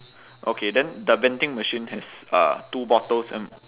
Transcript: okay then the vending machine has uh two bottles and